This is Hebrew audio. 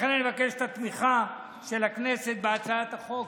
לכן אני מבקש את התמיכה של הכנסת בהצעת החוק.